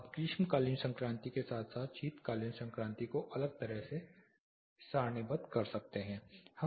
आप ग्रीष्मकालीन संक्रांति के साथ साथ शीतकालीन संक्रांति को अलग से सारणीबद्ध कर सकते हैं